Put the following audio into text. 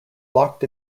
locked